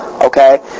okay